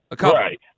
Right